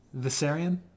Viserion